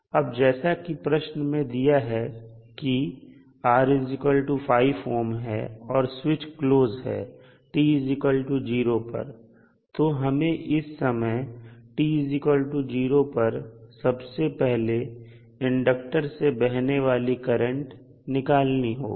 अब जैसा कि प्रश्न में दिया है कि R5 ohm है और स्विच क्लोज है t0 पर तो हमें इस समय t0 पर सबसे पहले इंडक्टर से बहने वाली करंट निकालनी होगी